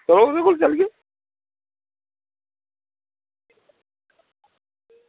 ओह्दे कोल चलगे